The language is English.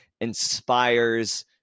inspires